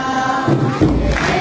oh i